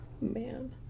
man